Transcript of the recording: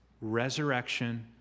resurrection